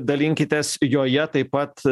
dalinkitės joje taip pat